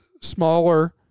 smaller